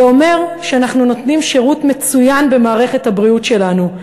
זה אומר שאנחנו נותנים שירות מצוין במערכת הבריאות שלנו,